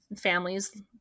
families